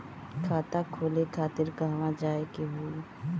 खाता खोले खातिर कहवा जाए के होइ?